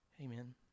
Amen